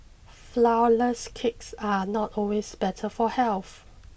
flourless cakes are not always better for health